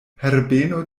herbeno